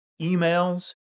emails